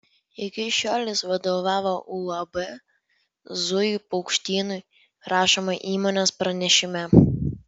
iki šiol jis vadovavo uab zujų paukštynui rašoma įmonės pranešime